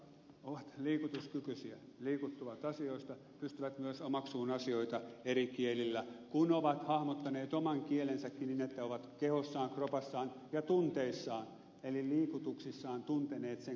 ne ihmiset jotka ovat liikutuskykyisiä liikuttuvat asioista pystyvät myös omaksumaan asioita eri kielillä kun ovat hahmottaneet oman kielensäkin niin että ovat kehossaan kropassaan ja tunteissaan eli liikutuksissaan tunteneet sen kuinka se kehittyy